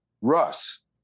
Russ